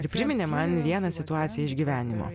ir priminė man vieną situaciją iš gyvenimo